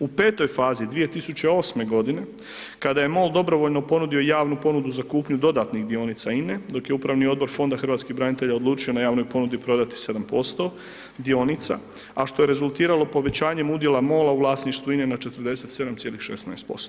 U petoj fazi, 2008.g., kada je MOL dobrovoljno ponudio javnu ponudu za kupnju dodatnih dionica INA-e, dok je Upravni odbor fonda hrvatskih branitelja odlučio na javnoj ponudi prodati 7% dionica, a što je rezultiralo povećanjem udjela MOL-a u vlasništvu INA-e na 47,16%